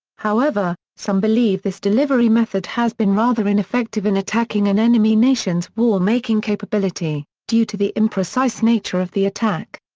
however, some believe this delivery method has been rather ineffective in attacking an enemy nation's war making capability, due to the imprecise nature of the attack.